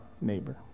neighbor